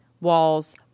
walls